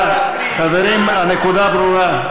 לא ראיתי את, תודה, חברים, הנקודה ברורה.